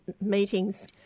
meetings